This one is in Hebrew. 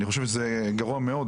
אני חושב שזה גרוע מאוד,